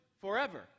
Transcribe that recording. forever